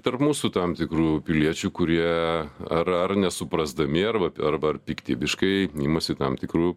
tarp mūsų tam tikrų piliečių kurie ar ar nesuprasdami arba arba ar piktybiškai imasi tam tikrų